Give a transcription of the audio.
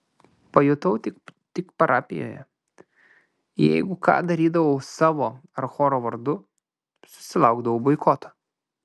pajutau tai ir parapijoje jeigu ką darydavau savo ir choro vardu susilaukdavau boikoto